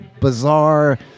Bizarre